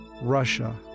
Russia